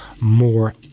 more